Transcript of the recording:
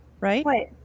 Right